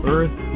Earth